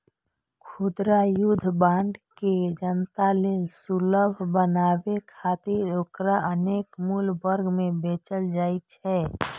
खुदरा युद्ध बांड के जनता लेल सुलभ बनाबै खातिर ओकरा अनेक मूल्य वर्ग मे बेचल जाइ छै